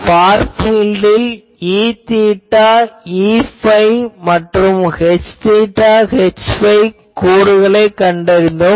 for பீல்டில் Eθ Eϕ மற்றும் Hθ Hϕ கூறுகளைக் கண்டறிந்தோம்